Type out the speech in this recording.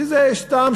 שזה סתם,